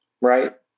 right